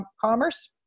commerce